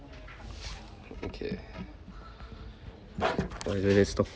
okay